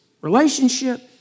relationship